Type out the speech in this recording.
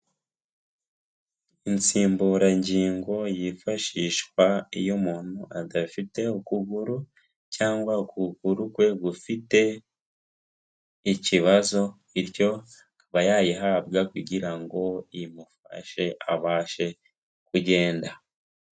Insimburangingo yifashishwa iyo umuntu adafite ukuguru, cyangwa ukuguru kwe gufite ikibazo, bityo aba yayihabwa kugira ngo imufashe abashe kugenda.